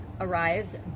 arrives